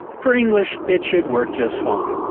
for english, it should work just fine.